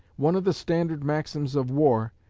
one of the standard maxims of war,